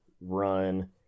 run